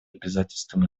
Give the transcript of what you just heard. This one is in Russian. обязательствам